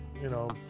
you know,